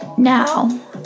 Now